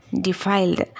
defiled